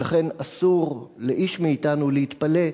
ולכן אסור לאיש מאתנו להתפלא,